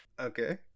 Okay